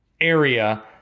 area